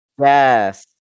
Yes